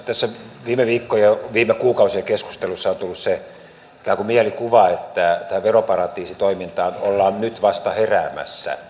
näissä viime viikkojen ja viime kuukausien keskusteluissa on tullut se mielikuva että tähän veroparatiisitoimintaan ollaan vasta nyt heräämässä